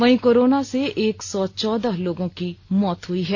वहीं कोरोना से एक सौ चौदह लोगों की मौत हुई है